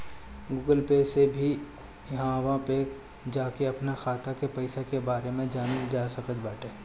Google Pay से भी इहवा पे जाके अपनी खाता के पईसा के बारे में जानल जा सकट बाटे